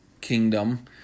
Kingdom